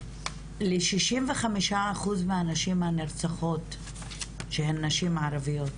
ל-65% מהנשים הנרצחות שהן נשים ערביות,